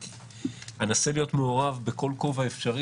אני אנסה להיות מעורב בכל כובע אפשרי